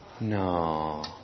No